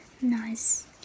nice